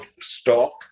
stock